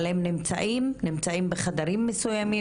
אבל הם נמצאים בחדרים מסוימים